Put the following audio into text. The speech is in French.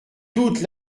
toute